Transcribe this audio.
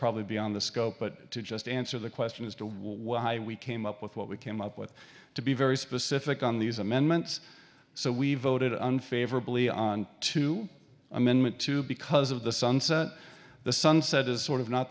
probably beyond the scope but to just answer the question as to why we came up with what we came up with to be very specific on these amendments so we voted unfavorably on two amendment two because of the sunset the sunset is sort of not